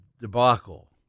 debacle